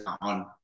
on